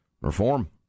Reform